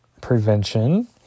prevention